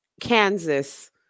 Kansas